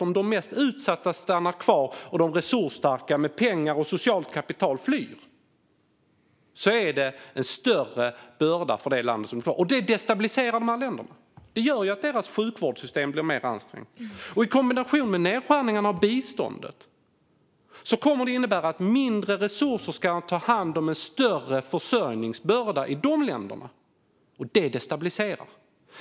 Om de mest utsatta stannar kvar och de resursstarka med pengar och socialt kapital flyr blir bördan större för dessa länder, och detta destabiliserar dem. Det gör att deras sjukvårdssystem blir mer ansträngt. I kombination med nedskärningarna av biståndet kommer det att innebära att mindre resurser ska ta hand om en större försörjningsbörda i de länderna, och det blir destabiliserande.